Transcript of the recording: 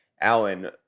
Alan